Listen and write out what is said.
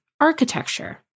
architecture